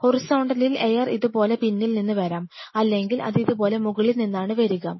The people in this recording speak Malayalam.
ഹൊറിസോണ്ടലിൽ എയർ ഇതുപോലെ പിന്നിൽ നിന്ന് വരാം അല്ലെങ്കിൽ അത് ഇതുപോലെ മുകളിൽ നിന്നാണ് വരിക